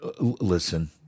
Listen